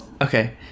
Okay